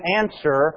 answer